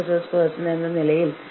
വിലപേശാനുള്ള കഴിവ്